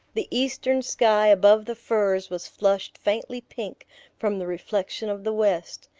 the eastern sky above the firs was flushed faintly pink from the reflection of the west,